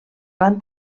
van